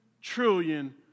trillion